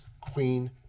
Queen